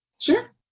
sure